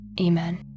Amen